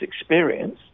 experience